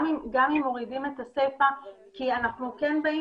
גם אם מורידים את הסיפה כי אנחנו כן באים